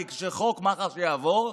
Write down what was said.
כי כשחוק מח"ש יעבור,